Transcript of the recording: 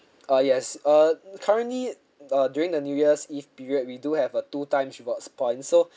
uh yes uh currently uh during the new year's eve period we do have uh two times rewards points so